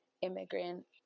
immigrant